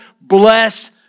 bless